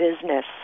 business